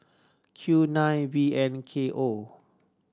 Q nine V N K O